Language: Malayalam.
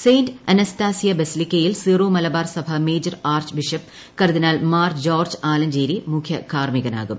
സെന്റ് അനസ്താസിയ ബസിലിക്കയിൽ സിറോ മലബ്ബാ്ർ സഭ മേജർ ആർച്ച് ബിഷപ്പ് കർദിനാൾ മാർ ജോർജ് ആലഞ്ചേരി മുഖ്യകാർമികനാകും